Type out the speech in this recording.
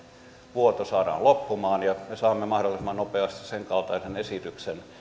vuoto saadaan loppumaan ja me saamme mahdollisimman nopeasti sen kaltaisen esityksen